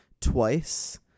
twice